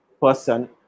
person